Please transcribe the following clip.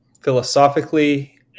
philosophically